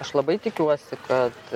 aš labai tikiuosi kad